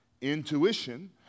Intuition